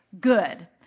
good